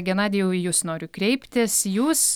genadijau į jus noriu kreiptis jūs